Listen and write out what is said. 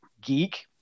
geek